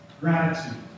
gratitude